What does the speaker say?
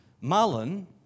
Mullen